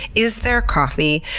is there coffee?